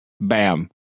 Bam